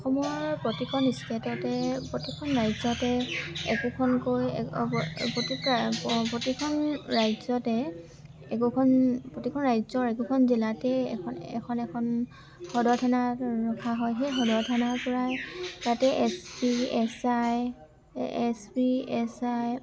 অসমৰ প্ৰতিখন ষ্টেটতে প্ৰতিখন ৰাজ্যতে একোখনকৈ প্ৰতিখন ৰাজ্যতে একোখন প্ৰতিখন ৰাজ্যৰ একোখন জিলাতেই এখন এখন এখন সদৰ থানা ৰখা হয় সেই সদৰ থানাৰপৰাই তাতে S C S I S P S I